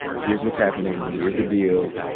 here's what's happening, here's the deal,